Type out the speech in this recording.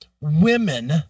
women